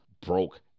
broke